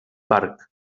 parc